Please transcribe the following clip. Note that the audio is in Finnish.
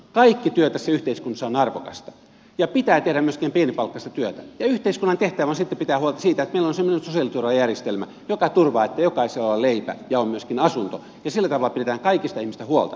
kaikki työ tässä yhteiskunnassa on arvokasta ja pitää tehdä myöskin pienipalkkaista työtä ja yhteiskunnan tehtävä on sitten pitää huolta siitä että meillä on semmoinen sosiaaliturvajärjestelmä joka turvaa että jokaisella on leipä ja on myöskin asunto ja sillä tavalla pidetään kaikista ihmisistä huolta